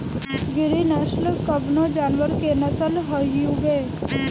गिरी नश्ल कवने जानवर के नस्ल हयुवे?